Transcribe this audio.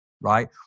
right